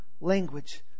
language